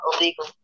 illegal